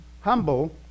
humble